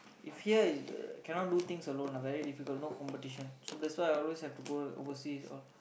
if here is cannot do things alone lah very difficult no competition so that's why I always have to go overseas all